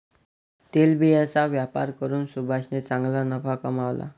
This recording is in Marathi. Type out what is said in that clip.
तेलबियांचा व्यापार करून सुभाषने चांगला नफा कमावला